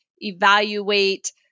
evaluate